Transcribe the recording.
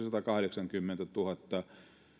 satakahdeksankymmentätuhatta